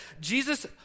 Jesus